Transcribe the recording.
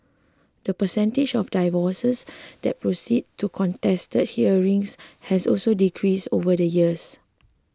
the percentage of divorces that proceed to contested hearings has also decreased over the years